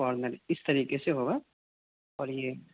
corner اس طریقے سے ہوگا اور یہ